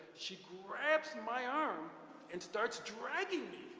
she grabs my arm and starts dragging me.